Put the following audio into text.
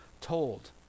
told